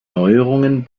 neuerungen